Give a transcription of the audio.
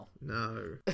No